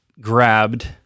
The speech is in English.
grabbed